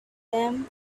them